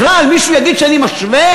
בכלל, מישהו יגיד שאני משווה?